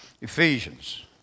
Ephesians